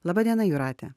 laba diena jūrate